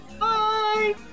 Bye